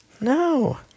No